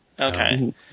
Okay